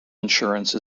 insurance